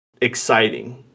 exciting